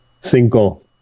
Cinco